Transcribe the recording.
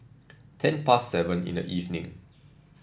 ten past seven in the evening